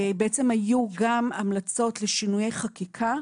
בעצם היו גם המלצות לשינויי חקיקה.